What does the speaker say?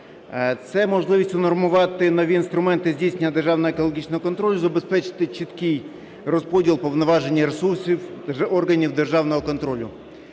Це можливість унормувати нові інструменти здійснення державного екологічного контролю, забезпечити чіткий розподіл повноваження і ресурсів органів державного контролю.